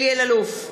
אלי אלאלוף,